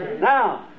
Now